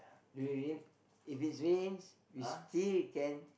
if it rain if it's rains we still can